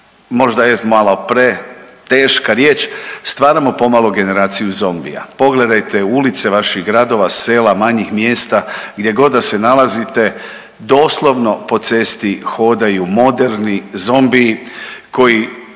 možda je malo preteška riječ stvaramo pomalo generaciju zombija. Pogledajte ulice vaših gradova, sela, manjih mjesta, gdje god da se nalazite doslovno po cesti hodaju moderni zombiji koji